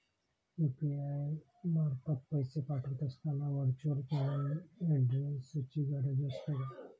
UPI मार्फत पैसे पाठवत असताना व्हर्च्युअल पेमेंट ऍड्रेसची गरज असते का?